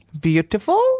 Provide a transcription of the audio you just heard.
Beautiful